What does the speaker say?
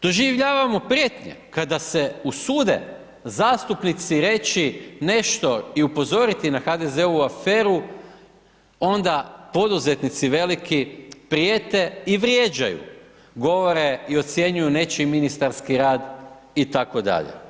Doživljavamo prijetnje kada se usude zastupnici reći nešto i upozoriti na HDZ-ovu aferu onda poduzetnici veliki prijete i vrijeđaju, govore i ocjenjuju nečiji ministarski rad itd.